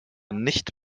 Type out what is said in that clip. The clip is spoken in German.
nicht